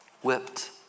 whipped